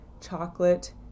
chocolate